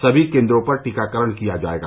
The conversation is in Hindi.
सभी केन्द्रों पर टीकाकरण किया जायेगा